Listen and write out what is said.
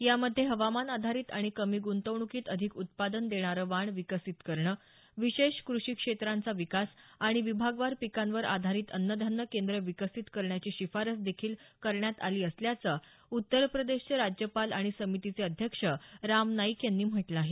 यामध्ये हवामान आधारित आणि कमी ग्तवण्कीत अधिक उत्पादन देणारे वाण विकसीत करणे विशेष क्रषी क्षेत्रांचा विकास आणि विभागवार पिकांवर आधारित अन्नधान्य केंद्र विकसीत करण्याची शिफारस देखील करण्यात आली असल्याचं उत्तर प्रदेशचे राज्यपाल आणि समितीचे अध्यक्ष राम नाईक यांनी म्हटलं आहे